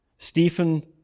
Stephen